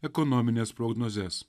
ekonomines prognozes